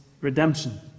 redemption